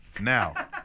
Now